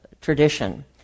tradition